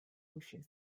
uši